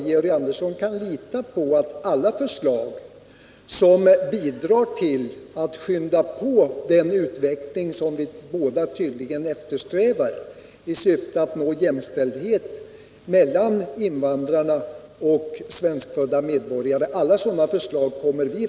Georg Andersson kan lita på att vi från vänsterpartiet kommunisterna kommer att stödja alla förslag som bidrar till att skynda på den utveckling i syfte att nå jämställdhet mellan invandrare och svenskfödda medborgare som vi båda tydligen eftersträvar.